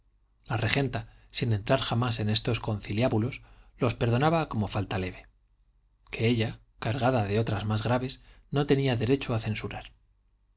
la regenta sin entrar jamás en estos conciliábulos los perdonaba como falta leve que ella cargada de otras más graves no tenía derecho a censurar